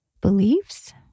beliefs